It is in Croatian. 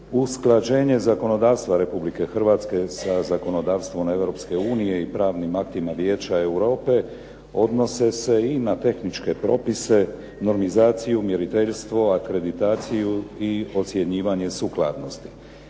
Usklađenje zakonodavstva Republike Hrvatske sa zakonodavstvom Europske nije i pravnim aktima Vijeća Europe odnose se i na tehničke propise, normizaciju, mjeriteljstvo, akreditaciju i ocjenjivanje sukladnosti.